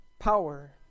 power